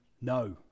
no